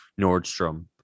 Nordstrom